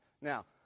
now